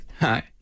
Hi